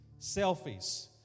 Selfies